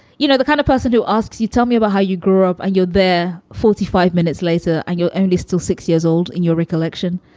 you know, the kind of person who asks you tell me about how you grew up and you're there. forty five minutes later and you're only still six years old in your recollection,